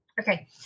Okay